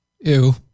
Ew